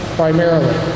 primarily